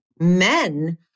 men